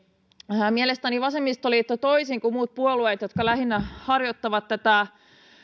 mielestäni toisin kuin muut puolueet jotka harjoittavat lähinnä